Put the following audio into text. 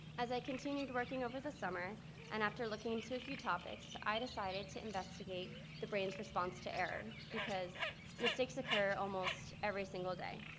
as i continued working over the summer and after looking into a few topics, i decided to investigate the brain's response to error. because mistakes occur almost every single day.